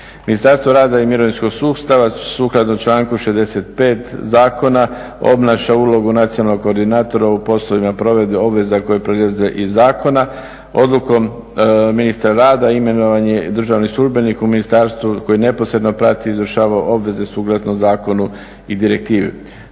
Ministarstvo rada i mirovinskog sustava sukladno članku 65. zakona obnaša ulogu nacionalnog koordinatora u poslovima provedbe obaveza koje proizlaze iz zakona. Odlukom ministra rada imenovan je državni službenik u ministarstvu koji neposredno prati i izvršava obveze suglasno zakonu i direktivi.